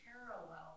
parallel